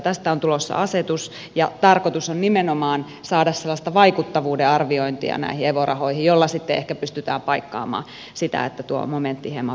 tästä on tulossa asetus ja tarkoitus on nimenomaan saada sellaista vaikuttavuuden arviointia näihin evo rahoihin jolla sitten ehkä pystytään paikkaamaan sitä että tuo momentti hieman vähenee